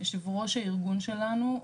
יו"ר הארגון שלנו,